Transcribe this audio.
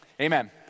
amen